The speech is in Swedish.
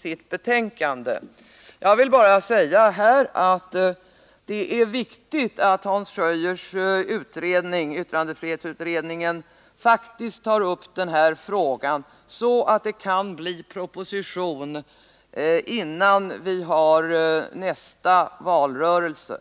sitt betänkande. Jag vill bara säga att det är viktigt att Hans Schöiers utredning, yttrandefrihetsutredningen, faktiskt tar upp den här frågan, så att det kan bli en proposition före nästa valrörelse.